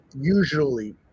usually